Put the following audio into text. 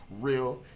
Real